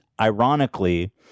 ironically